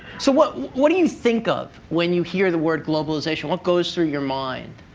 so what what do you think of when you hear the word globalization? what goes through your mind?